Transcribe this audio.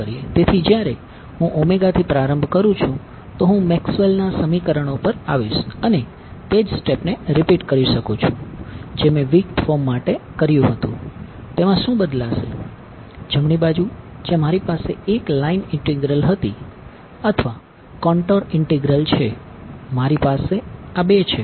તેથી જ્યારે હું થી પ્રારંભ કરું છું હું મેક્સવેલ છે મારી પાસે આ 2 છે